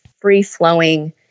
free-flowing